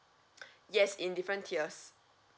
yes in different tiers